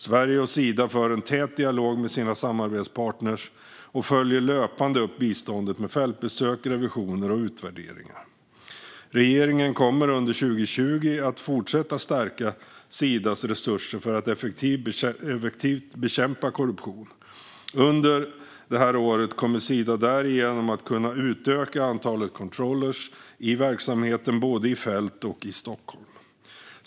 Sverige och Sida för en tät dialog med sina samarbetspartner och följer löpande upp biståndet med fältbesök, revisioner och utvärderingar. Regeringen kommer under 2020 att fortsätta stärka Sidas resurser för att effektivt bekämpa korruption. Under detta år kommer Sida därigenom att kunna utöka antalet controllrar i verksamheten, både i fält och i Stockholm.